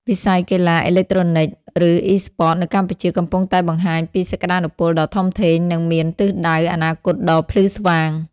វិស័យកីឡាអេឡិចត្រូនិក ឬអុីស្ព័ត នៅកម្ពុជាកំពុងតែបង្ហាញពីសក្តានុពលដ៏ធំធេង និងមានទិសដៅអនាគតដ៏ភ្លឺស្វាង។